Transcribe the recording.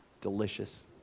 Delicious